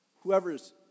Whoever's